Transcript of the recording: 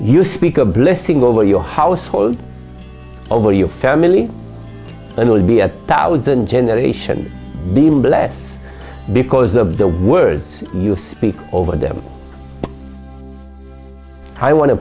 you speak a blessing over your household over your family and would be a thousand generations been blessed because of the words you speak over them i want to